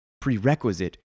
prerequisite